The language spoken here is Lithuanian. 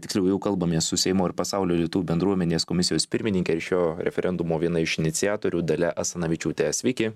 tiksliau jau kalbamės su seimo ir pasaulio lietuvių bendruomenės komisijos pirmininke ir šio referendumo viena iš iniciatorių dalia asanavičiūte sveiki